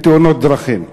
בתאונות דרכים.